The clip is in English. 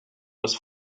was